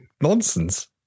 nonsense